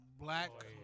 Black